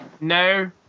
no